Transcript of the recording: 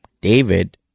David